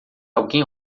alguém